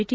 T